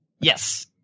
Yes